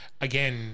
Again